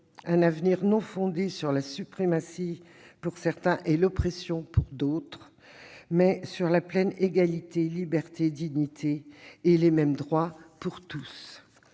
ne soit pas fondé sur la suprématie de certains et l'oppression des autres, mais sur la pleine égalité, la liberté, la dignité et les mêmes droits pour tous.